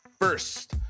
First